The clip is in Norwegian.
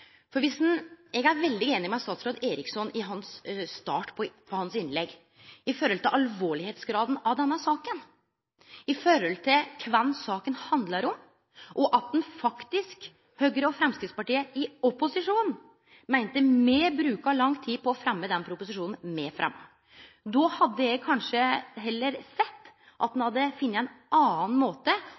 Eg er veldig einig i det statsråd Eriksson sa i starten på innlegget sitt – i forhold til kor alvorleg denne saken er, i forhold til kven saken handlar om, og når Høgre og Framstegspartiet i opposisjon faktisk meinte at me bruka lang tid på å fremme den proposisjonen me fremma. Då hadde eg kanskje heller sett at ein hadde funne ein annan måte